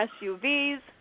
SUVs